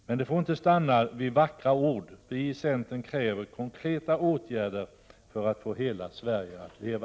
Men det får inte stanna vid vackra ord; vi i centern kräver konkreta åtgärder för att få hela Sverige att leva.